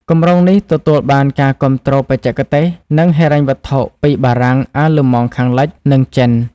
គម្រោងនេះទទួលបានការគាំទ្របច្ចេកទេស និងហិរញ្ញវត្ថុពីបារាំង អាល្លឺម៉ង់ខាងលិច និងចិន។